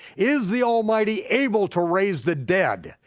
is the almighty able to raise the dead?